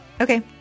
Okay